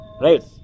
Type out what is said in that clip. right